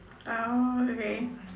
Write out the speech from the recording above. ah oh okay